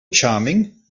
charming